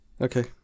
Okay